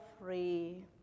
free